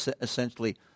essentially